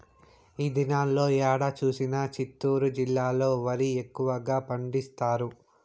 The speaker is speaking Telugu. ఈ దినాల్లో ఏడ చూసినా చిత్తూరు జిల్లాలో వరి ఎక్కువగా పండిస్తారు